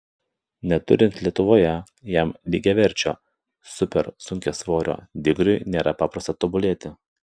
neturint lietuvoje jam lygiaverčio supersunkiasvorio digriui nėra paprasta tobulėti